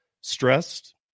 stressed